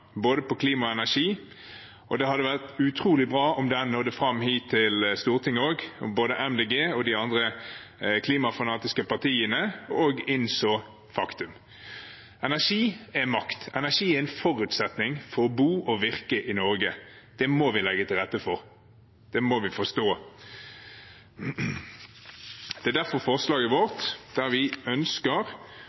klima og energi, og det hadde vært utrolig bra om det nådde fram til Stortinget også, at både Miljøpartiet De Grønne og de andre klimafanatiske partiene også innså faktum. Energi er makt. Energi er en forutsetning for å bo og virke i Norge. Det må vi legge til rette for, og det må vi forstå. Det er derfor forslaget vårt, der vi